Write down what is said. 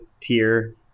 tier